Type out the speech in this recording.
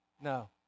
no